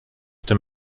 tym